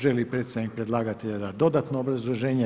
Želi li predstavnik predlagatelja dati dodatno obrazloženje?